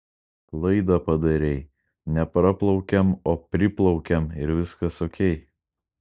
klaidą padarei ne praplaukiam o priplaukiam ir viskas okei